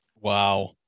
wow